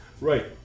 Right